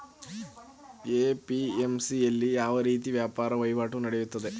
APMC ಯಲ್ಲಿ ಯಾವ ರೀತಿ ವ್ಯಾಪಾರ ವಹಿವಾಟು ನೆಡೆಯುತ್ತದೆ?